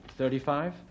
Thirty-five